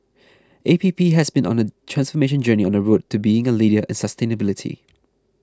A P P has been on a transformation journey on the road to being a leader in sustainability